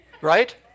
Right